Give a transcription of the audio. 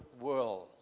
world